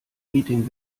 meeting